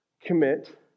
commit